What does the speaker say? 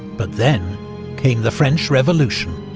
but then came the french revolution.